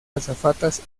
azafatas